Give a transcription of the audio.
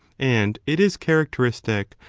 and it is characteristic,